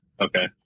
Okay